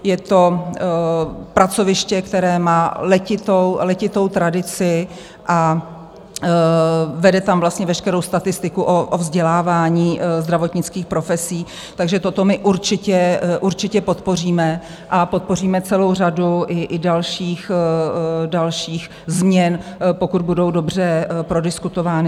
Je to pracoviště, které má letitou tradici, a vede tam vlastně veškerou statistiku o vzdělávání zdravotnických profesí, takže toto my určitě podpoříme a podpoříme celou řadu i dalších změn, pokud budou dobře prodiskutovány.